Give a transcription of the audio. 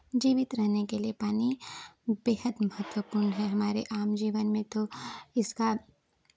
जीवित रहने के लिए पानी बेहद महत्वपूर्ण है हमारे आम जीवन में तो इसका